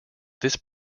this